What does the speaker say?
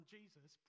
Jesus